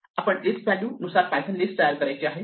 आपल्याला list value नुसार Python list तयार करायची आहे